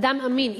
אדם אמין,